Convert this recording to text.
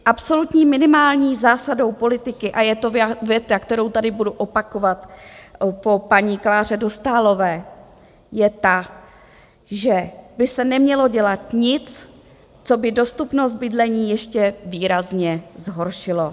Absolutní minimální zásadou politiky a je to věta, kterou tady budu opakovat po paní Kláře Dostálové je ta, že by se nemělo dělat nic, co by dostupnost bydlení ještě výrazně zhoršilo.